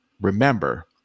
remember